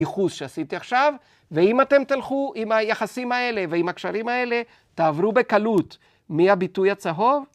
ייחוס שעשיתי עכשיו, ואם אתם תלכו עם היחסים האלה ועם הקשרים האלה, תעברו בקלות מהביטוי הצהוב.